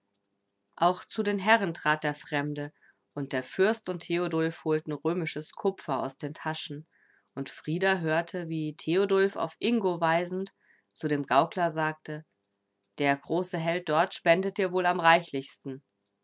auch zu den herren trat der fremde und der fürst und theodulf holten römisches kupfer aus den taschen und frida hörte wie theodulf auf ingo weisend zu dem gaukler sagte der große held dort spendet dir wohl am